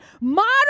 modern